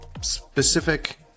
specific